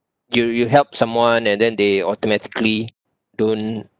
you you help someone and then they automatically don't